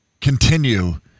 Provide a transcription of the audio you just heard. continue